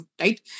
right